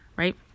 right